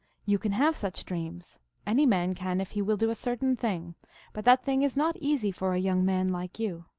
you can have such dreams any man can, if he will do a certain thing but that thing is not easy for a young man like you.